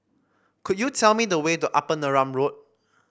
could you tell me the way to Upper Neram Road